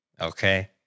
Okay